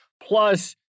Plus